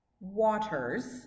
waters